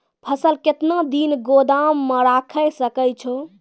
फसल केतना दिन गोदाम मे राखै सकै छौ?